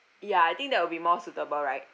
ya I think that will be more suitable right